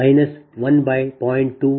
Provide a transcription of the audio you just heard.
20